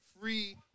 free